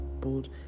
bold